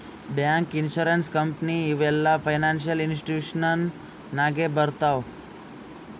bank, insurance company ಇವು ಎಲ್ಲಾ financial institution ನಾಗೆ ಬರ್ತಾವ್